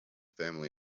family